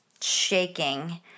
shaking